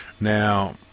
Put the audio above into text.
Now